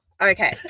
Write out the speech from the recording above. okay